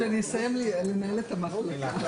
אין ספק שהאינטרס של המדינה לצמצם